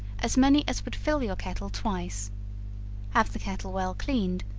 as many as would fill your kettle twice have the kettle well cleaned,